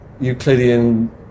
Euclidean